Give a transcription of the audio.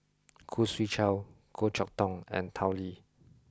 Khoo Swee Chiow Goh Chok Tong and Tao Li